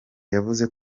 yavuze